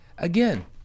Again